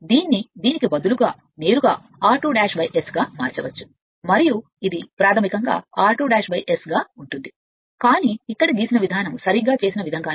దీన్ని దీనికి బదులుగా నేరుగా r2 S గా మార్చవచ్చు మరియు ఇది ప్రాథమికంగా r2 S గా ఉంటుంది కానీ ఇక్కడ తీసిన విధానం సరైన విధంగా చేసిన విధంగానే